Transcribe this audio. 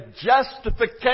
justification